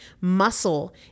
Muscle